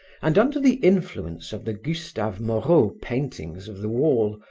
and under the influence of the gustave moreau paintings of the wall,